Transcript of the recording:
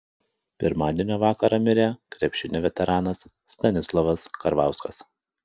pirmadienio vakarą mirė krepšinio veteranas stanislovas karvauskas